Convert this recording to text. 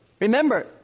Remember